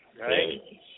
Right